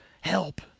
help